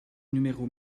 numéro